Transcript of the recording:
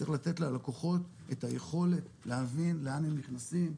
צריך לתת ללקוחות את היכולת להבין לאן הם נכנסים,